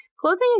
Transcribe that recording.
Closing